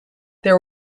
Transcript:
there